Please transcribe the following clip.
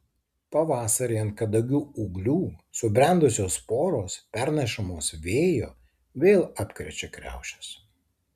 pavasarį ant kadagių ūglių subrendusios sporos pernešamos vėjo vėl apkrečia kriaušes